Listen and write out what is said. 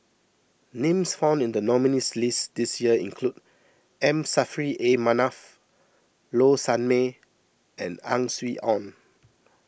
names found in the nominees' list this year include M Saffri A Manaf Low Sanmay and Ang Swee Aun